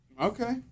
Okay